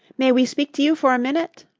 may we speak to you for a minute?